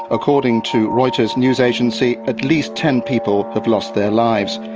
according to reuters news agency, at least ten people have lost their lives.